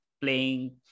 playing